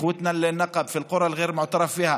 (אומר בערבית: אחינו בנגב בכפרים הלא-מוכרים,)